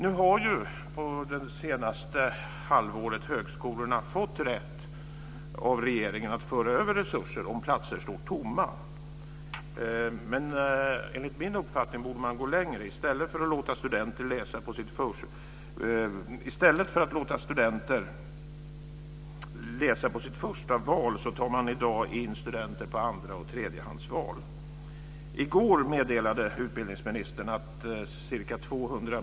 Under det senaste halvåret har högskolorna av regeringen fått rätt att föra över resurser om platser står tomma, men enligt min uppfattning borde man gå längre. I stället för att låta studenter läsa på sitt förstahandsval tar man i dag in studenter på deras andrahands och tredjehandsval.